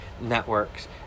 networks